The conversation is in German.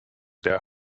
der